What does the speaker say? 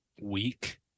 weak